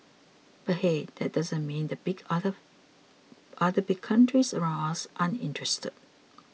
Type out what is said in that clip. but hey that doesn't mean the big other other big countries around us aren't interested